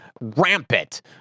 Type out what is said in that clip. rampant